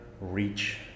reach